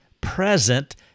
present